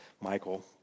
Michael